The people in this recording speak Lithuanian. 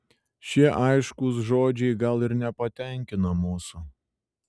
šie aiškūs žodžiai gal ir nepatenkina mūsų